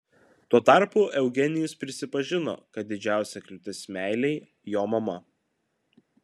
tuo tarpu eugenijus prisipažino kad didžiausia kliūtis meilei jo mama